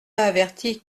averti